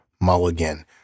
Mulligan